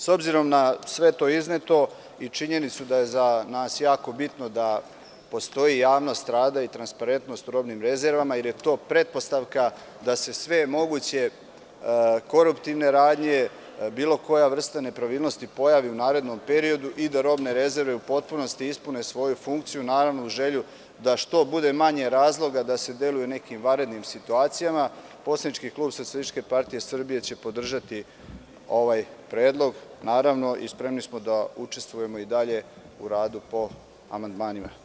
S obzirom na sve to izneto i činjenicu da je za nas jako bitno da postoji javnost rada i transparentnost u robnim rezervama, jer je to pretpostavka da se sve moguće koruptivne radnje, bilo koja vrsta nepravilnosti pojavi u narednom periodu i da robne rezerve u potpunosti ispune svoju funkciju, uz želju da bude što manje razloga da se deluje u nekim vanrednim situacijama, poslanički klub SPS će podržati ovaj predlog i spremni smo da učestvujemo i dalje u radu po amandmanima.